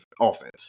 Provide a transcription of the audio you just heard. offense